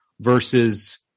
versus